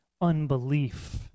unbelief